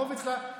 הרוב אצלה,